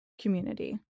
community